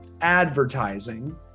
advertising